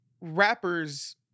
rappers